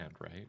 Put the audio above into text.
right